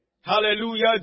Hallelujah